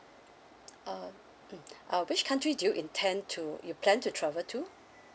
uh mm uh which country do you intend to you plan to travel to